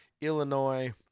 Illinois